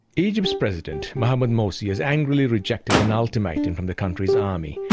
egypt's president mohammad morsi has angrily rejected an ah ultimatum from the country's army,